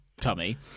tummy